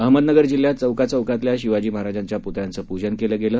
अहमदनगर जिल्ह्यातही चौकाचौकातल्या शिवाजी महाराजांच्या पुतळ्यांचं पुजन केलं गेलं